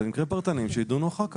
אלה מקרים פרטניים שיידונו אחר כך.